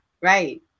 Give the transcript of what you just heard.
right